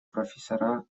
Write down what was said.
профессора